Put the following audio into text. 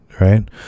Right